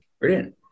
Brilliant